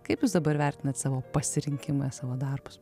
kaip jūs dabar vertinat savo pasirinkimą savo darbus